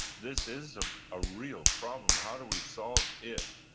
this is a ah real problem. how do we solve it?